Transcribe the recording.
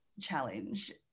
challenge